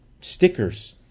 stickers